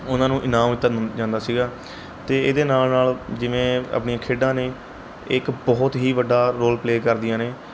ਉਹਨਾਂ ਨੂੰ ਇਨਾਮ ਦਿੱਤਾ ਜਾਂਦਾ ਸੀਗਾ ਅਤੇ ਇਹਦੇ ਨਾਲ ਨਾਲ ਜਿਵੇਂ ਆਪਣੀਆਂ ਖੇਡਾਂ ਨੇ ਇੱਕ ਬਹੁਤ ਹੀ ਵੱਡਾ ਰੋਲ ਪਲੇਅ ਕਰਦੀਆਂ ਨੇ